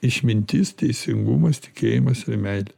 išmintis teisingumas tikėjimas ir meilė